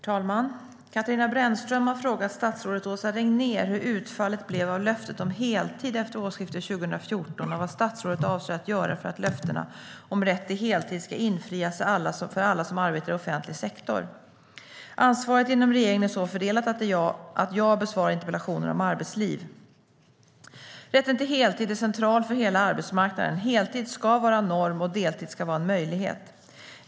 Svar på interpellationer Herr talman! Katarina Brännström har frågat statsrådet Åsa Regnér hur utfallet blev av löftet om heltid efter årsskiftet 2014 och vad statsrådet avser att göra för att löftena om rätt till heltid ska infrias för alla som arbetar i offentlig sektor. Ansvaret inom regeringen är så fördelat att jag besvarar interpellationer om arbetsliv. Rätten till heltid är central för hela arbetsmarknaden. Heltid ska vara norm, och deltid ska vara en möjlighet.